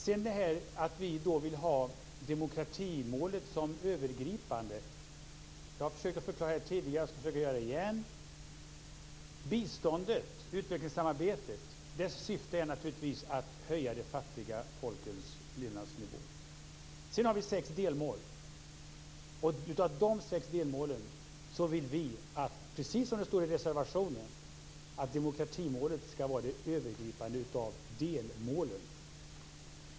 Sedan till detta med att vi vill ha demokratimålet som det övergripande. Jag har tidigare här försökt att förklara det och ska försöka göra det återigen. Syftet med biståndet, utvecklingssamarbetet, är naturligtvis att höja de fattiga folkens levnadsnivå. Men sedan har vi sex delmål. Av de sex delmålen vill vi, precis som det står i reservationen, att demokratimålet ska vara det övergripande delmålet.